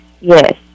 yes